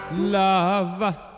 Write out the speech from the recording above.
Love